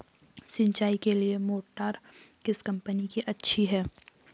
सिंचाई के लिए मोटर किस कंपनी की अच्छी है?